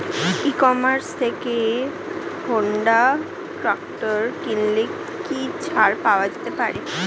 ই commerce থেকে Honda tractor কিনলে কি ছাড় পাওয়া যেতে পারে?